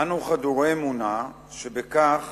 אנו חדורי אמונה שבכך